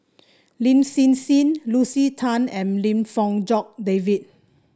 Lin Hsin Hsin Lucy Tan and Lim Fong Jock David